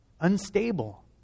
Unstable